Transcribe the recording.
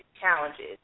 challenges